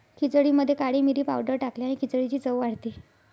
खिचडीमध्ये काळी मिरी पावडर टाकल्याने खिचडीची चव वाढते